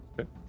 okay